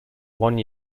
one